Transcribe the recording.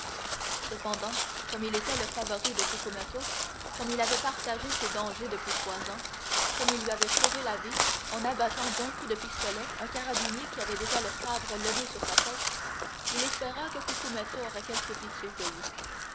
cependant comme il était le favori de cucumetto comme il avait partagé ses dangers depuis trois ans comme il lui avait sauvé la vie en abattant d'un coup de pistolet un carabinier qui avait déjà le sabre levé sur sa tête il espéra que cucumetto aurait quelque pitié de lui